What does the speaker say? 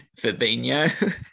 Fabinho